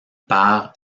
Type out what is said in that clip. par